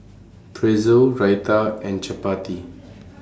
Pretzel Raita and Chapati